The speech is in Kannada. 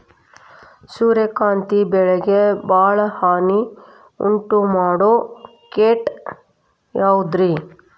ಸೂರ್ಯಕಾಂತಿ ಬೆಳೆಗೆ ಭಾಳ ಹಾನಿ ಉಂಟು ಮಾಡೋ ಕೇಟ ಯಾವುದ್ರೇ?